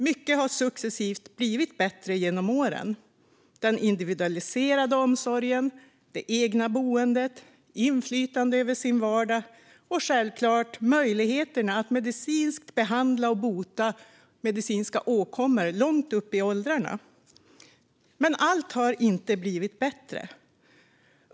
Mycket har successivt blivit bättre genom åren - den individualiserade omsorgen, det egna boendet, inflytandet över sin vardag och självklart möjligheterna att medicinskt behandla och bota medicinska åkommor långt upp i åldrarna. Allt har dock inte blivit bättre.